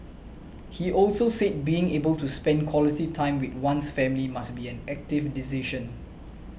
he also said being able to spend quality time with one's family must be an active decision